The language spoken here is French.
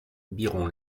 byron